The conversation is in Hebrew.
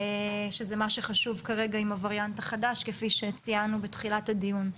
שזה מה שחשוב כרגע עם הווריאנט החדש כפי שציינו בתחילת הדיון.